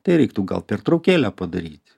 tai reiktų gal pertraukėlę padaryti